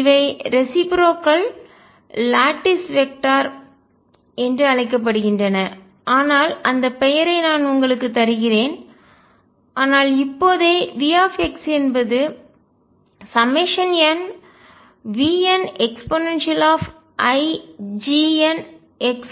இவை ரெசிப்ரோக்கல் ஒத்திருக்கிற lattice vector திசையன்கள் என்று அழைக்கப்படுகின்றன ஆனால் அந்த பெயரை நான் உங்களுக்கு தருகிறேன் ஆனால் இப்போதே V என்பது nVneiGnx